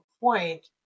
point